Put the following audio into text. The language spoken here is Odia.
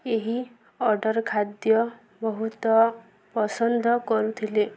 ଏହି ଅର୍ଡ଼ର୍ ଖାଦ୍ୟ ବହୁତ ପସନ୍ଦ କରୁଥିଲେ